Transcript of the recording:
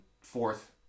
fourth